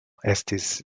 estis